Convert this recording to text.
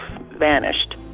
vanished